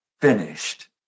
finished